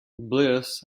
bliss